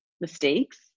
mistakes